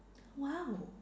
!wow!